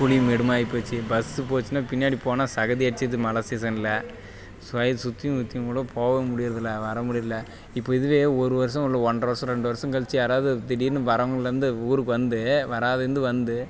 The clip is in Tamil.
குழியும் மேடுமாக ஆகிப்போச்சு பஸ்ஸு போச்சுன்னா பின்னாடி போனால் சகதி அடிச்சுருது மழை சீசனில் சுத்தி முக்தியும் கூட போவே முடிகிறது இல்லை வர்கிற முடிகிறது இல்லை இப்போ இதுவே ஒரு வருடம் இல்லை ஒன்றை வருடம் ரெண்டு வருடம் கழிச்சு யாராவது திடீர்னு வரவுங்கள்லே இருந்து ஊருக்கு வந்து வராத இருந்து வந்து